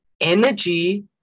Energy